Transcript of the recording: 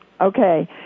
Okay